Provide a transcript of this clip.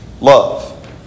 love